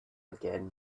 again